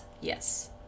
Yes